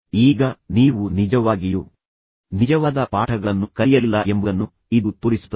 ಈಗ ನೀವು ನಿಜವಾಗಿಯೂ ನಿಜವಾದ ಪಾಠಗಳನ್ನು ಕಲಿಯಲಿಲ್ಲ ಎಂಬುದನ್ನು ಇದು ತೋರಿಸುತ್ತದೆ